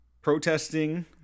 protesting